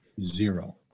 Zero